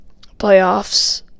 playoffs